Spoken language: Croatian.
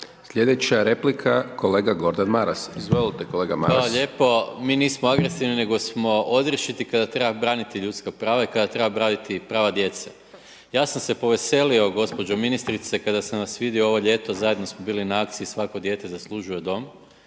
Slijedeća replika kolega Gordan Maras, izvolite kolega Maras. **Maras, Gordan (SDP)** Hvala lijepo. Mi nismo agresivni, nego smo odriješiti kada treba braniti ljudska prava i kada treba braniti prava djece. Ja sam se poveselio gospođo ministrice kada sam vas vidio ovo ljeto, zajedno smo bili na akciji, Svako dijete zaslužuje dom,